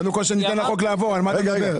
קודם כל שניתן לחוק לעבור, על מה אתה מדבר?